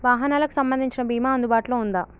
వాహనాలకు సంబంధించిన బీమా అందుబాటులో ఉందా?